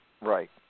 Right